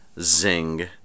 zing